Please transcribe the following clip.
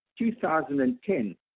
2010